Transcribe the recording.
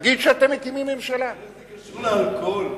נגיד שאתם מקימים ממשלה, איך זה קשור לאלכוהול?